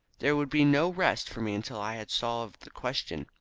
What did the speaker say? there would be no rest for me until i had solved the question.